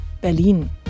Berlin